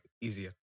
easier